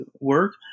work